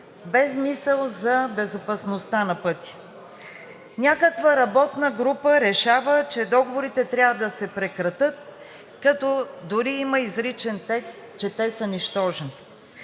без мисъл за безопасността на пътя. Някаква работна група решава, че договорите трябва да се прекратят, като дори има изричен текст, че те са нищожни,